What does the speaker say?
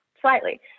slightly